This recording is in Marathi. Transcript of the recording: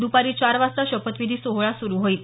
दुपारी चार वाजता शपथविधी सोहळा सुरु होईल